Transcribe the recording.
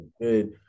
good